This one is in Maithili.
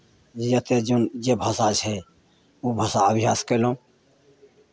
जे एतेक जौन जे भाषा छै ओ भाषा अभ्यास कयलहुँ